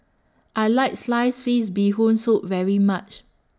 I like Sliced Fish Bee Hoon Soup very much